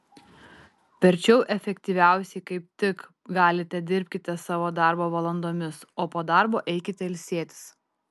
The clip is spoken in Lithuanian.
verčiau efektyviausiai kaip tik galite dirbkite savo darbo valandomis o po darbo eikite ilsėtis